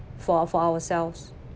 for for ourselves